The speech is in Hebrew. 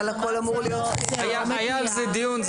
היה על זה דיון.